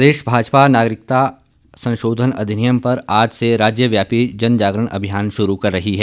प्रदेश भाजपा नागरिकता संशोधन अधिनियम पर आज से राज्यव्यापी जनजागरण अभियान शुरू कर रही है